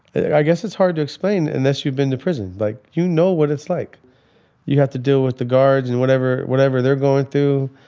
i guess it's hard to explain unless you've been to prison, like you know what it's like you have to deal with the guards and whatever whatever they're going through.